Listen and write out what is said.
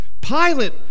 Pilate